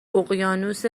اقیانوس